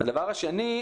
דבר שני.